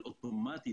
אבל אוטומטית,